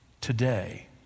Today